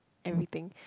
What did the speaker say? everything